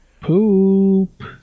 Poop